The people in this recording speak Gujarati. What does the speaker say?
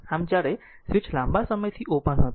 આમ જ્યારે સ્વીચ લાંબા સમયથી ઓપન હતું